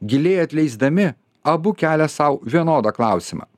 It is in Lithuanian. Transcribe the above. giliai atleisdami abu kelia sau vienodą klausimą